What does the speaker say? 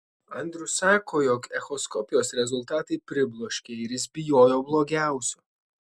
andrius sako jog echoskopijos rezultatai pribloškė ir jis bijojo blogiausio